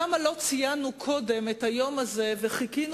למה לא ציינו קודם את היום הזה וחיכינו,